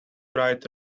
write